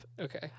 okay